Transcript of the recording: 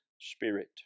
spirit